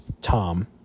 Tom